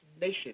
Nation